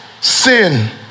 sin